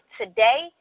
today